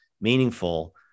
meaningful